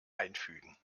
einfügen